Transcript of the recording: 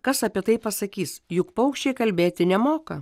kas apie tai pasakys juk paukščiai kalbėti nemoka